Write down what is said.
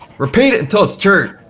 repeat it until it's true,